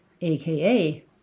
aka